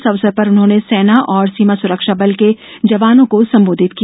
इस अवसर पर उन्होंनने सेना और सीमा सुरक्षा बल के जवानों को संबोधित किया